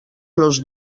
los